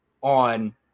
on